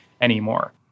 anymore